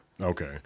Okay